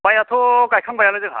माइयाथ' गायखांबायानो जोंहा